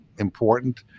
important